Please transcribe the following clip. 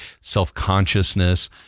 self-consciousness